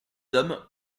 hommes